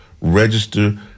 Register